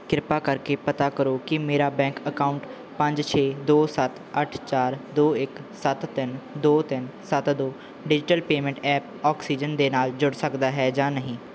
ਕ੍ਰਿਪਾ ਕਰਕੇ ਪਤਾ ਕਰੋ ਕਿ ਮੇਰਾ ਬੈਂਕ ਅਕਾਊਂਟ ਪੰਜ ਛੇ ਦੋ ਸੱਤ ਅੱਠ ਚਾਰ ਦੋ ਇੱਕ ਸੱਤ ਤਿੰਨ ਦੋ ਤਿੰਨ ਸੱਤ ਦੋ ਡੀਜ਼ੀਟਲ ਪੇਮੈਂਟ ਐਪ ਆਕਸੀਜਨ ਦੇ ਨਾਲ ਜੁੜ ਸਕਦਾ ਹੈ ਜਾਂ ਨਹੀਂ